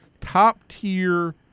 top-tier